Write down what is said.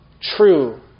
true